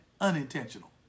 unintentional